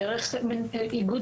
דרך איגוד